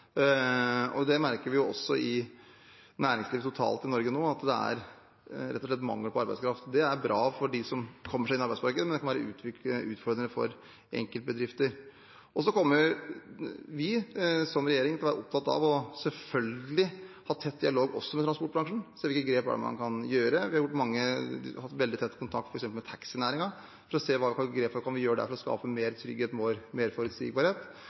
i næringslivet i Norge, at det rett og slett er mangel på arbeidskraft nå. Det er bra for dem som kommer seg inn i arbeidsmarkedet, men det kan være utfordrende for enkeltbedrifter. Vi kommer som regjering selvfølgelig til å være opptatt av å ha tett dialog også med transportbransjen, for å se hvilke grep det er man kan gjøre. Vi har hatt veldig tett kontakt med f.eks. taxinæringen, for å se hva slags grep vi kan gjøre der for å skape mer trygghet og mer forutsigbarhet.